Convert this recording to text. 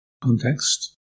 context